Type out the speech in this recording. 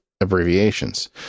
abbreviations